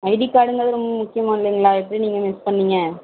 ID கார்டுங்கிறது ரொம்ப முக்கியமான்துங்களா எப்படி நீங்கள் மிஸ் பண்ணிங்க